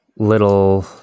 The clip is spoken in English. little